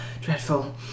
Dreadful